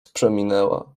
przeminęła